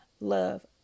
love